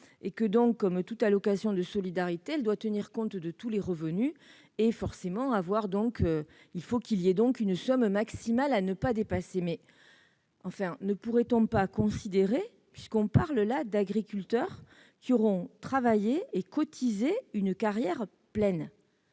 et que, comme toute allocation de solidarité, elle doit tenir compte de tous les revenus. Il faut donc qu'il y ait une somme maximale à ne pas dépasser. Toutefois, ne pourrait-on pas considérer, puisque l'on parle là d'agriculteurs qui auront travaillé et cotisé une carrière pleine,